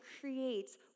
creates